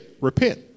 repent